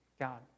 God